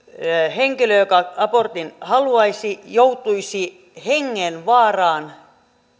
henkilö joka abortin haluaisi joutuisi hengenvaaraan